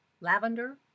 lavender